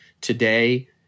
today